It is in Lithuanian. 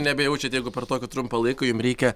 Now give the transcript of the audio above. nebejaučiat jeigu per tokį trumpą laiką jum reikia